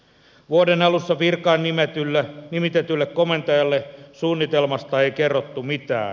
vuoden alussa virkaan nimitetylle komentajalle suunnitelmasta ei kerrottu mitään